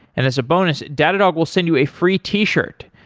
and as a bonus, datadog will send you a free t-shirt.